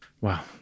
Wow